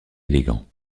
élégant